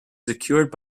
secured